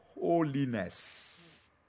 holiness